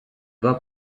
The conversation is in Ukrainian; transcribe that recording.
два